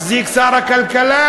מחזיק שר הכלכלה,